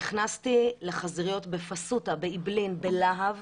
נכנסתי לחזיריות בפסוטה, באעבלין, בלהב.